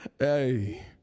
Hey